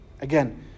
Again